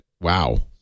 wow